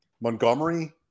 Montgomery